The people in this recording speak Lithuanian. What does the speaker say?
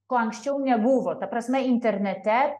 kuo anksčiau nebuvo ta prasme internete